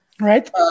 Right